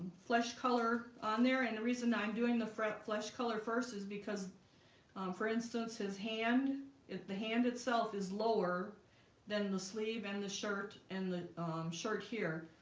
flesh color on there and the reason i'm doing the flesh color first is because for instance his hand if the hand itself is lower than the sleeve and the shirt and the um shirt here